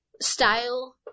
style